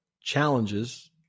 challenges